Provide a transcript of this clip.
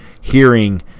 hearing